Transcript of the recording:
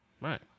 right